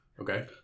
Okay